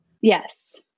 Yes